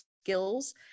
skills